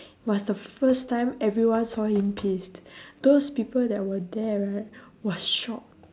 was the first time everyone saw him pissed those people that were there right was shocked